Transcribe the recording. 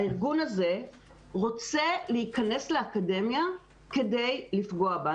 הארגון הזה רוצה להיכנס לאקדמיה כדי לפגוע בה.